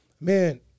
man